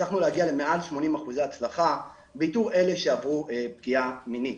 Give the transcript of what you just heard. והצלחנו להגיע למעל 80% הצלחה באיתור אלה שעברו פגיעה מינית.